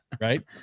Right